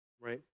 right